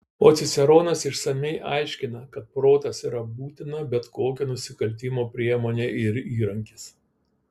o ciceronas išsamiai aiškina kad protas yra būtina bet kokio nusikaltimo priemonė ir įrankis